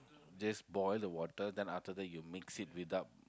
just boil the water then after that you mixed without